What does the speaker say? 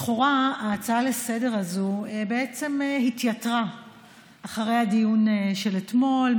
לכאורה ההצעה לסדר-היום הזאת בעצם התייתרה אחרי הדיון של אתמול,